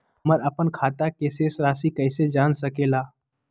हमर अपन खाता के शेष रासि कैसे जान सके ला?